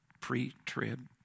pre-trib